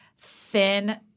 thin